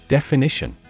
Definition